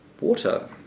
water